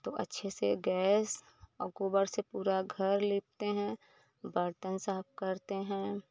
तो अच्छे से गैस और गोबर से पूरा घर लीपते हैं बर्तन साफ़ करते हैं